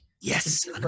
yes